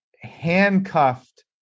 handcuffed